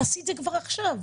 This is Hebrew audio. תעשי את זה כבר עכשיו,